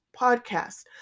podcast